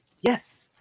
Yes